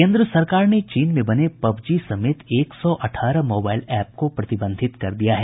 केन्द्र सरकार ने चीन में बने पबजी समेत एक सौ अठारह मोबाईल एप को प्रतिबंधित कर दिया है